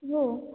हो